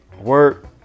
Work